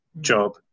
job